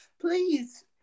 please